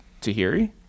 Tahiri